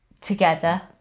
together